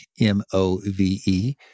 M-O-V-E